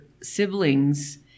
siblings